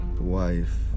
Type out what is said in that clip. wife